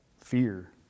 fear